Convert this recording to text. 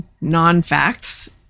non-facts